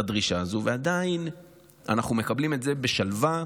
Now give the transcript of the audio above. דרישות כאלה, ועדיין אנחנו מקבלים את זה בשלווה